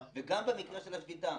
גם במקרה של השביתה,